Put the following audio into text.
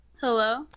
Hello